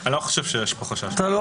אני לא חושב שיש פה חשש.